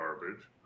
garbage